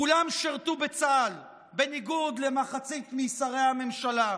כולם שירתו בצה"ל בניגוד למחצית משרי הממשלה,